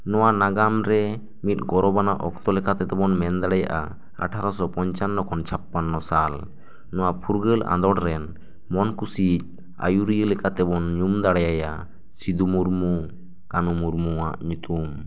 ᱱᱚᱣᱟ ᱱᱟᱜᱟᱢ ᱨᱮ ᱢᱤᱫ ᱜᱚᱨᱚᱵᱽ ᱟᱱᱟᱜ ᱚᱠᱛᱚ ᱞᱮᱠᱟᱛᱮ ᱫᱚᱵᱚᱱ ᱢᱮᱱ ᱫᱟᱲᱮᱭᱟᱜᱼᱟ ᱟᱴᱷᱟᱨᱚ ᱥᱚ ᱯᱚᱱᱪᱟᱱᱚᱱ ᱠᱷᱚᱱ ᱪᱷᱟᱯᱚᱱᱚᱱ ᱥᱟᱞ ᱱᱚᱣᱟ ᱯᱷᱩᱨᱜᱟᱹᱞ ᱟᱸᱫᱚᱲ ᱨᱮᱱ ᱢᱚᱱ ᱠᱩᱥᱤ ᱟᱹᱭᱩᱨᱤᱭᱟᱹ ᱞᱮᱠᱟ ᱛᱮᱵᱚᱱ ᱧᱩᱢ ᱫᱟᱲᱮᱭᱟᱭᱟ ᱥᱤᱫᱩ ᱢᱩᱨᱢᱩ ᱠᱟᱱᱦᱩ ᱢᱩᱨᱢᱩᱣᱟᱜ ᱧᱩᱛᱩᱢ